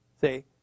See